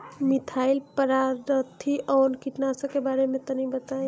Methyl parathion कीटनाशक के बारे में तनि बताई?